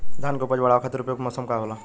धान के उपज बढ़ावे खातिर उपयुक्त मौसम का होला?